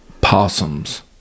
possums